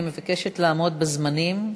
אני מבקשת לעמוד בזמנים.